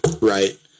Right